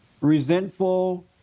resentful